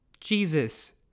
Jesus